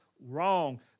wrong